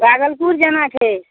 भागलपुर जाना छै